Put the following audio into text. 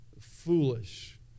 foolish